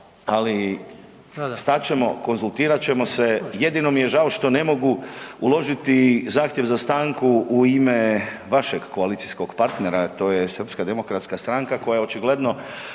ali stat ćemo, konzultirat ćemo se. Jedino mi je žao što ne mogu uložiti zahtjev za stanku u ime vašeg koalicijskog partnera, a to je Srpska demokratska stranka koja očigledno